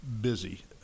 busy